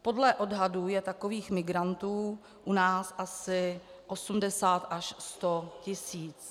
Podle odhadů je takových migrantů u nás asi 80 až 100 tisíc.